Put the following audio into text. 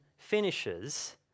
finishes